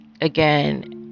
again